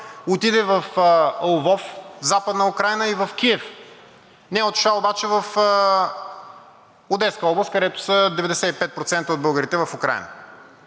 отиде в Лвов, Западна Украйна, и в Киев. Не е отишла обаче в Одеска област, където са 95% от българите в Украйна.